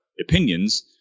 opinions